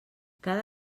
cada